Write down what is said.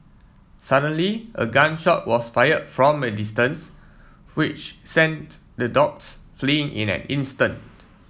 suddenly a gun shot was fired from a distance which sent the dogs fleeing in an instant